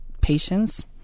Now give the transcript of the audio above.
patience